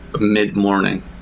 mid-morning